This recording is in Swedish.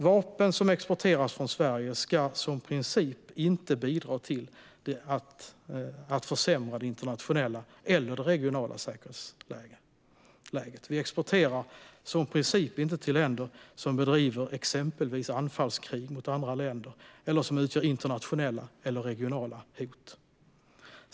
Vapen som exporteras från Sverige ska som princip inte bidra till att försämra det internationella eller det regionala säkerhetsläget. Vi exporterar som princip inte till länder som bedriver exempelvis anfallskrig mot andra länder eller som utgör internationella eller regionala hot.